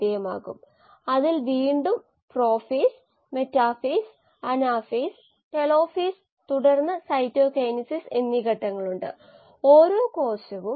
glucose is കോശങ്ങളിലെ ഒരു പ്രധാന മെറ്റബോളിക് പാതയുടെ ആരംഭ പോയിന്റായതിനാൽ ഗ്ലൈക്കോളിസിസിന് ഊർജ്ജ വശങ്ങളിൽ നിന്ന് പ്രാധാന്യമുണ്ട് അവ കോശത്തിന് ഊർജ്ജം നൽകുന്നു കോശത്തിന് ഊർജ്ജം നൽകേണ്ടത് അത്യാവശ്യമാണ്